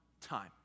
time